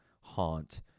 haunt